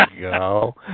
go